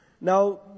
Now